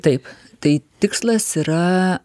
taip tai tikslas yra